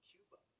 Cuba